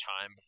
time